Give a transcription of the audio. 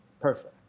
Perfect